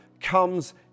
comes